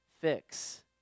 fix